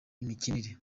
imikinire